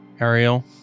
Ariel